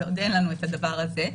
ועוד אין לנו את הזמן הזה.